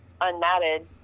unmatted